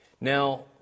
Now